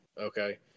Okay